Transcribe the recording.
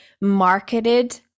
marketed